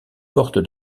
porte